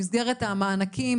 במסגרת המענקים,